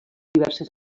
diverses